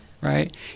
right